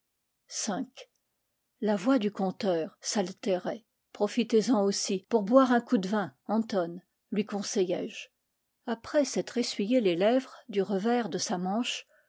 la voix du conteur s'altérait profitez-en aussi pour boire un coup de vin anton lui conseillai je après s'être essuyé les lèvres du revers de sa manche